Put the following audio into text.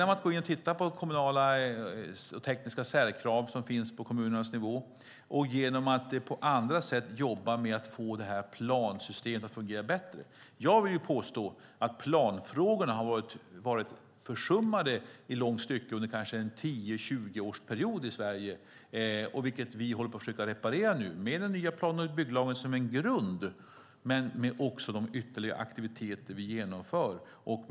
Man går in och tittar bland annat på tekniska särkrav på kommunnivå, och man jobbar även på andra sätt med att få plansystemet att fungera bättre. Jag vill påstå att planfrågorna i Sverige varit försummade under kanske en tjugoårsperiod. Nu försöker vi reparera det med den nya plan och bygglagen som grund, men också med de ytterligare aktiviteter vi genomför.